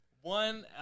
One